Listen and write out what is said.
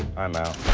i'm out.